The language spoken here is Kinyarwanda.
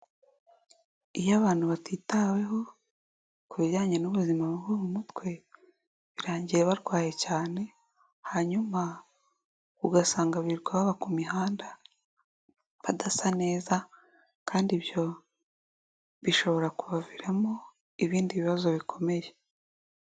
Iyo abantu batitaweho ku bijyanye n'ubuzima bwo mu mutwe, birangiye barwaye cyane hanyuma ugasanga birirwa baba ku mihanda, badasa neza, kandi ibyo bishobora kubaviramo ibindi bibazo bikomeye.